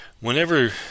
Whenever